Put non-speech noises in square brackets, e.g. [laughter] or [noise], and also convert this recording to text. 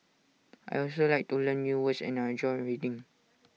[noise] I also like to learn new words and I enjoy reading